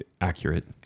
Accurate